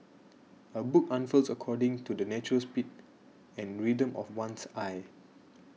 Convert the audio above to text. a book unfurls according to the natural speed and rhythm of one's eye